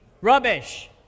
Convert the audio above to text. rubbish